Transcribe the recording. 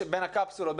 בין הקפסולות,